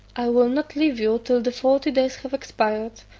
i will not leave you till the forty days have expired,